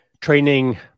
training